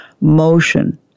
motion